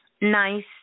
nice